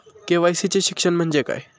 KYC चे शिक्षण म्हणजे काय?